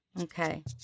Okay